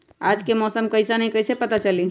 आज के मौसम कईसन हैं कईसे पता चली?